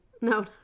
No